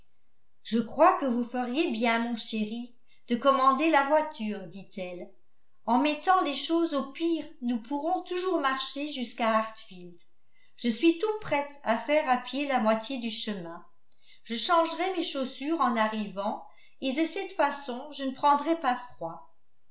je crois que vous feriez bien mon chéri de commander la voiture dit-elle en mettant les choses au pire nous pourrons toujours marcher jusqu'à hartfield je suis toute prête à faire à pied la moitié du chemin je changerai mes chaussures en arrivant et de cette façon je ne prendrai pas froid